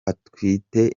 atwite